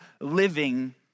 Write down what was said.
living